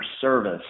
service